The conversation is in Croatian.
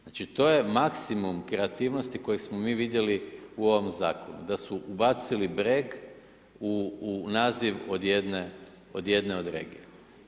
Znači to je maksimum kreativnosti koji smo mi vidjeli u ovom zakonu da su ubacili breg u naziv od jedne od regija.